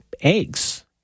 eggs